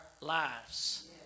lives